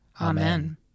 Amen